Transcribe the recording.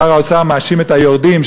שר האוצר מאשים את היורדים,